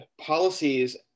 policies